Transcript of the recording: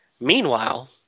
Meanwhile